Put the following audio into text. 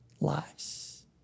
lives